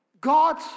God